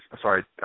sorry